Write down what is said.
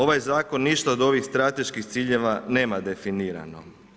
Ovaj zakon ništa od ovih strateških ciljeva nema definirano.